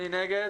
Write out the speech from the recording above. מי נגד?